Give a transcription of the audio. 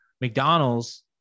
McDonald's